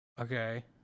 Okay